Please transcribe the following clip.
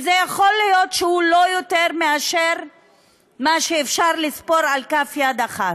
ויכול להיות שזה לא יותר ממה שאפשר לספור על כף יד אחת.